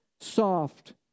soft